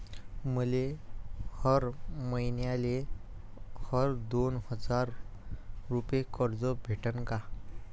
मले हर मईन्याले हर दोन हजार रुपये कर्ज भेटन का?